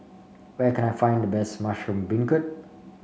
where can I find the best Mushroom Beancurd